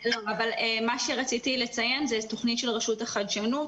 רציתי לציין תוכנית של רשות החדשנות,